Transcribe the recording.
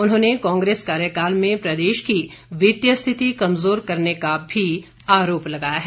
उन्होंने कांग्रेस कार्यकाल में प्रदेश की वित्तीय स्थिति कमजोर करने का भी आरोप लगाया है